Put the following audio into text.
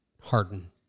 Harden